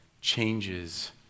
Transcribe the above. changes